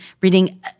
reading